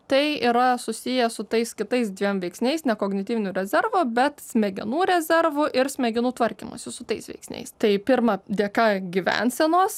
tai yra susiję su tais kitais dviem veiksniais ne kognityviniu rezervu bet smegenų rezervu ir smegenų tvarkymusi su tais veiksniais tai pirma dėka gyvensenos